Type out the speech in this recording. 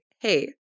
hey